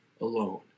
alone